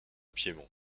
piémont